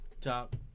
Top